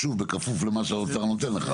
שוב, בכפוף למה שהאוצר נותן לך.